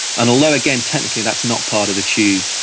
and although, again, technically that's not part of the tube,